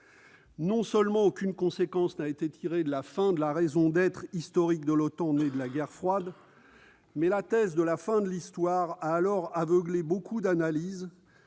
Non seulement aucune conséquence n'a été tirée de la fin de la raison d'être historique de l'OTAN, organisation née de la guerre froide, mais la thèse de la « fin de l'histoire » a alors aveuglé beaucoup d'analystes,